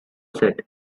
said